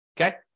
Okay